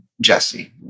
Jesse